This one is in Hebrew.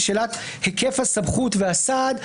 היא היקף הסמכות והסעד.